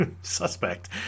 suspect